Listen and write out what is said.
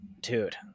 dude